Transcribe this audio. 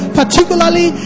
particularly